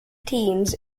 teams